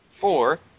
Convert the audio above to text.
Four